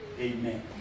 amen